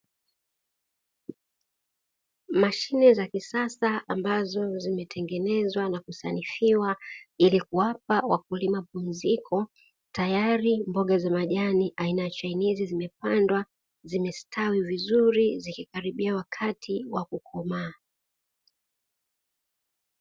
Mashine za kisasa ambazo zimetengenezwa na kusanifiwa ili kuwapa wakulima pumziko, tayari mboga za majani aina ya chainizi zimepandwa, zimestawi vizuri zikikaribia wakati wa kukomaa.